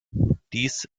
dies